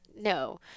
No